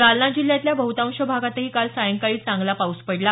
जालना जिल्ह्यातल्या बहुतांश भागातही काल सायंकाळी चांगला पाऊस पडला